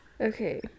okay